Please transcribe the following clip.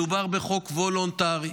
מדובר בחוק וולונטרי,